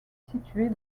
située